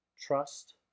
trust